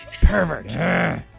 Pervert